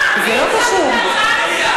אני הצעתי את ההצעה לסדר-היום.